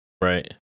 Right